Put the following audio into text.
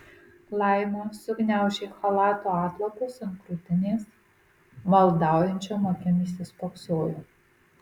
laima sugniaužė chalato atlapus ant krūtinės maldaujančiom akim įsispoksojo